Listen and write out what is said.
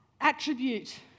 attribute